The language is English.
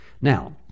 Now